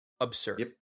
Absurd